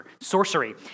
sorcery